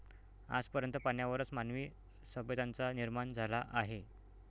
आज पर्यंत पाण्यावरच मानवी सभ्यतांचा निर्माण झाला आहे